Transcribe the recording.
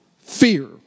fear